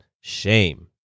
shame